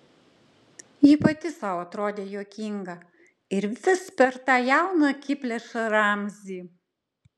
ji pati sau atrodė juokinga ir vis per tą jauną akiplėšą ramzį